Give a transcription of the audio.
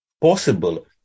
possible